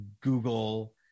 Google